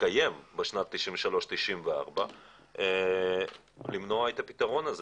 התקיים בשנים 94'-93' למנוע את הפתרון הזה.